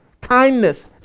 kindness